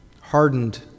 hardened